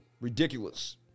Ridiculous